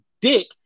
dick